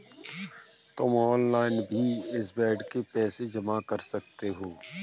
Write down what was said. तुम ऑनलाइन भी इस बेड के पैसे जमा कर सकते हो